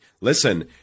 listen